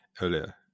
earlier